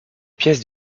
pièces